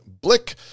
Blick